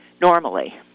normally